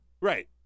Right